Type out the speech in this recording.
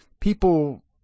people